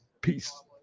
peace